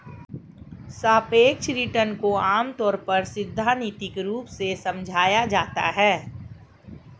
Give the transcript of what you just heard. सापेक्ष रिटर्न को आमतौर पर सैद्धान्तिक रूप से समझाया जाता है